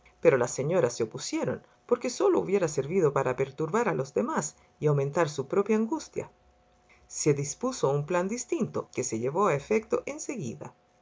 pero las señoras se opusieron porque sólo hubiera servido para perturbar a los demás y aumentar su propia angustia se dispuso un plan distinto que se llevó a efecto en seguida en